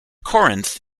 corinth